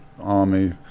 army